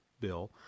bill